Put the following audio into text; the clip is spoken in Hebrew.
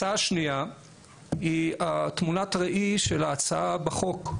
הצעה שנייה היא תמונת ראי של ההצעה בחוק,